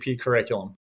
curriculum